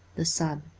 the sun.